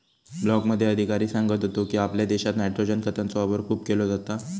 ब्लॉकमध्ये अधिकारी सांगत होतो की, आपल्या देशात नायट्रोजन खतांचो वापर खूप केलो जाता